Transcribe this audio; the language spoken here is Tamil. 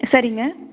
சரிங்க